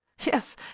yes